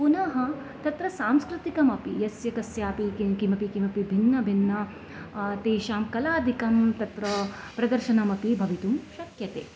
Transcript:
पुनः तत्र सांस्कृतिकमपि यस्य कस्यापि किमपि किमपि भिन्नभिन्न तेषां कलादिकं तत्र प्रदर्शनमपि भवितुं शक्यते